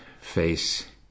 face